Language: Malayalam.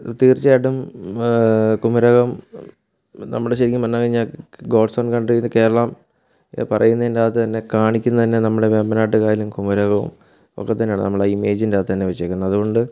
തീര്ച്ചയായിട്ടും കുമരകം നമ്മുടെ ശരിക്കും പറഞ്ഞ് കഴിഞ്ഞാല് ഗോഡ്സ് ഓണ് കന്ട്രിന്ന് കേരളം പറയുന്നതിൻറ്റകത്ത് തന്നെ കാണിക്കുന്നത് തന്നെ നമ്മുടെ വേമ്പാനാട്ടു കായലും കുമരകവും ഒക്കെ തന്നെയാണ് നമ്മളെ ഇമേജിന്റാത്ത് തന്നെ വെച്ചേക്കുന്നത് അതുകൊണ്ട്